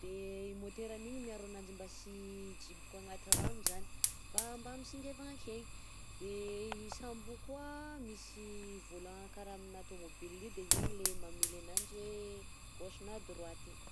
de moteur an'igny miaro ananjy mba tsy hijiboka agnaty rano zany fa mba mitsingevagna akegny, de i sambo io koà misy volant kara amina taomaobile io de igny le mamily ananjy hoe gauche na droite.